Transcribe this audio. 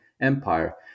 Empire